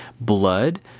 blood